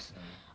mm